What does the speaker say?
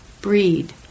breed